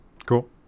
Cool